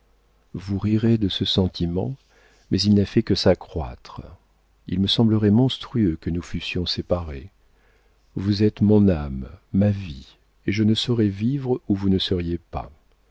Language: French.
vous rirez de ce sentiment mais il n'a fait que s'accroître il me semblerait monstrueux que nous fussions séparés vous êtes mon âme ma vie et je ne saurais vivre où vous ne seriez pas